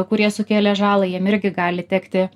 kurie sukėlė žalą jiem irgi gali tekti